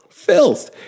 Filth